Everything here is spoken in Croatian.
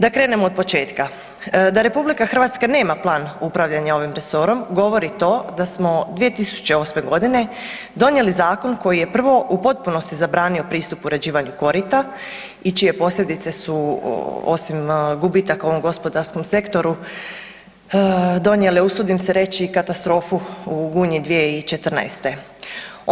Da krenemo od početka, da RH nema plan upravljanja ovim resorom govori to da smo 2008. godine donijeli zakon koji je prvo u potpunosti zabranio pristup uređivanja korita i čije posljedice su osim gubitaka u ovom gospodarskom sektoru donijele usudim se reći i katastrofu u Gunji 2014.-te.